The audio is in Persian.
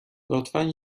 لطفا